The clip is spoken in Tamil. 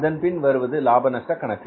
அதன்பின் வருவது லாப நஷ்ட கணக்கு